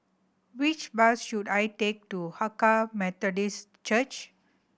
which bus should I take to Hakka Methodist Church